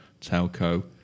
telco